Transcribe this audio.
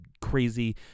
crazy